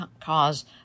cause